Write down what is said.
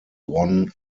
won